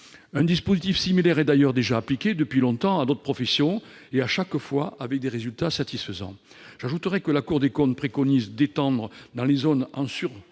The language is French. Un dispositif similaire est depuis longtemps appliqué à d'autres professions, chaque fois avec des résultats satisfaisants. J'ajouterai que la Cour des comptes préconise d'étendre, dans les zones en surdensité,